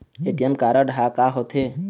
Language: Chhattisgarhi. ए.टी.एम कारड हा का होते?